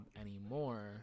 anymore